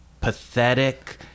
pathetic